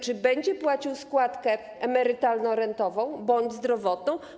Czy będzie płacił składkę emerytalno-rentową bądź zdrowotną?